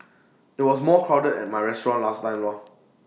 IT was more crowded at my restaurant last time lor